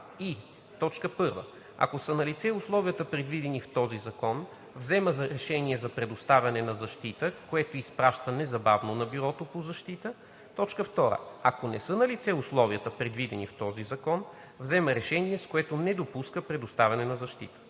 и: 1. ако са налице условията, предвидени в този закон, взема решение за предоставяне на защита, което изпраща незабавно на Бюрото по защита; 2. ако не са налице условията, предвидени в този закон, взема решение, с което не допуска предоставяне на защита.